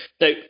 now